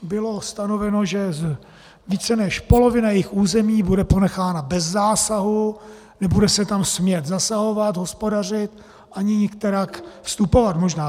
Bylo stanoveno, že více než polovina jejich území bude ponechána bez zásahu, nebude se tam smět zasahovat, hospodařit ani nikterak vstupovat možná.